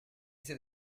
c’est